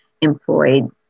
employed